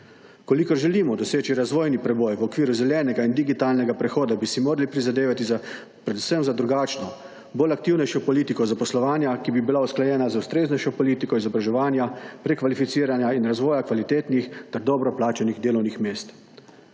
kolikor želimo doseči razvojni preboj v okviru zelenega in digitalnega prehoda, bi si morali prizadevati predvsem za drugačno, bolj aktivnejšo politiko zaposlovanja, ki bi bila usklajena z ustreznejšo politiko izobraževanja, prekvalificiranja in razvoja kvalitetnih ter dobro plačanih delovnih mest.